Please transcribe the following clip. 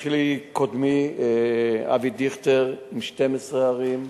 התחיל קודמי אבי דיכטר עם 12 ערים.